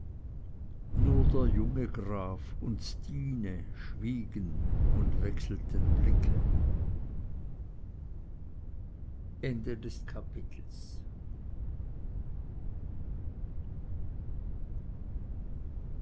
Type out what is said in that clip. nur der junge graf und stine schwiegen und wechselten blicke sechstes kapitel